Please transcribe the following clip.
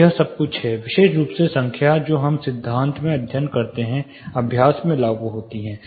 तो यह सब कुछ है विशेष रूप से संख्या जो हम सिद्धांत में अध्ययन करते हैं अभ्यास में लागू होते हैं